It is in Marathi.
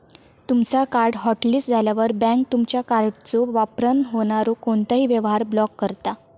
तुमचो कार्ड हॉटलिस्ट झाल्यावर, बँक तुमचा कार्डच्यो वापरान होणारो कोणतोही व्यवहार ब्लॉक करता